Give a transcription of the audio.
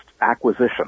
acquisition